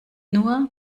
nur